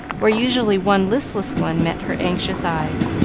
where usually one listless one met her anxious eyes.